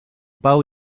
pau